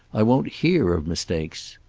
i won't hear of mistakes.